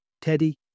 Teddy